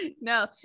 No